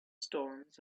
storms